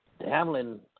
Hamlin